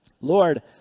Lord